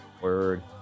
word